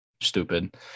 stupid